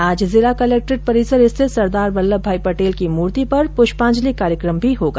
आज जिला कलेक्ट्रेट परिसर स्थित सरदार वल्लभ भाई पटेल की मूर्ति पर पुष्पांजलि कार्यक्रम भी होगा